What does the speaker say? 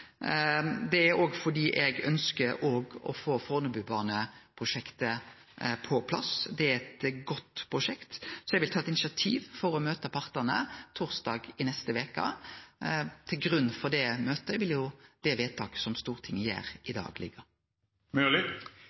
Det er òg fordi eg ønskjer å få Fornebubane-prosjektet på plass. Det er eit godt prosjekt. Så eg vil ta eit initiativ til å møte partane torsdag i neste veke. Til grunn for det møtet vil det vedtaket som Stortinget gjer i dag,